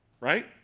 right